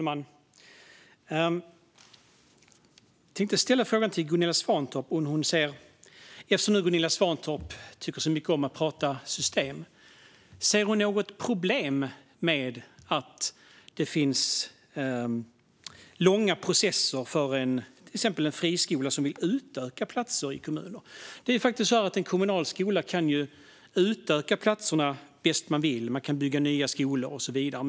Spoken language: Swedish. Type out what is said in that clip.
Fru talman! Eftersom hon tycker så mycket om att prata system tänkte jag ställa frågan till Gunilla Svantorp om hon ser något problem med att det finns långa processer för till exempel en friskola som vill utöka antalet platser i kommuner. Det är faktiskt så att en kommunal skola kan utöka antalet platser bäst den vill. Kommunen kan bygga nya skolor och så vidare.